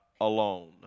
alone